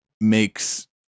makes